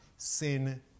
sin